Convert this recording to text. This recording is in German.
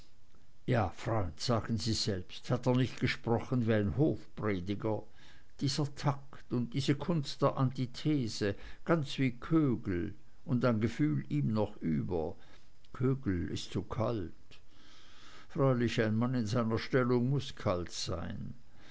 ja freund sagen sie selbst hat er nicht gesprochen wie ein hofprediger dieser takt und diese kunst der antithese ganz wie kögel und an gefühl ihm noch über kögel ist zu kalt freilich ein mann in seiner stellung muß kalt sein